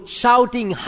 shouting